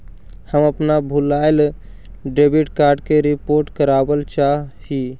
हम अपन भूलायल डेबिट कार्ड के रिपोर्ट करावल चाह ही